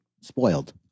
Spoiled